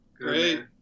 Great